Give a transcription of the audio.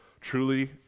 truly